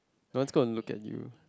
don't go and look at you